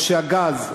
או שהגז,